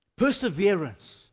perseverance